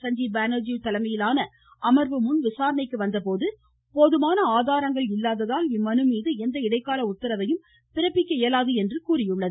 சஞ்சீப் வழக்கு பானர்ஜி தலைமையிலான அமர்வு முன் விசாரணைக்கு வந்தபோது போதுமான ஆதாரங்கள் இல்லாததால் இம்மனுமீது எந்த இடைக்கால உத்தரவையும் பிறப்பிக்க முடியாது என்று கூறியது